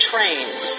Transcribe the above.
Trains